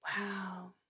Wow